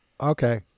okay